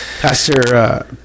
Pastor